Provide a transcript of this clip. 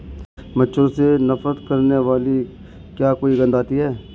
मच्छरों से नफरत करने वाली क्या कोई गंध आती है?